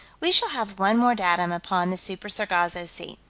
we shall have one more datum upon the super-sargasso sea.